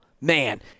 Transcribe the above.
man